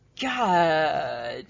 God